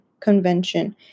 Convention